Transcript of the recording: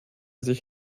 sich